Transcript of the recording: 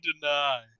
deny